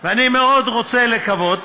אני מאוד רוצה לקוות